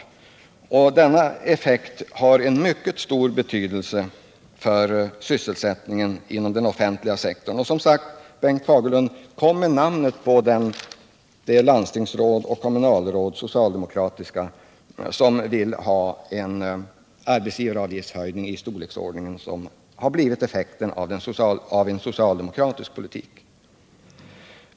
Denna effekt har stor betydelse för sysselsättningen inom den offentliga sektorn. Och som sagt, Bengt Fagerlund, kom med namnet på det socialdemokratiska landstingsråd och kommunalråd som vill ha en höjning av arbetsgivaravgiften av den storlek som skulle bli följden av en socialdemokratisk politik!